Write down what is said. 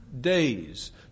Days